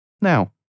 now